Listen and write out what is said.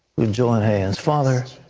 and join hands. father,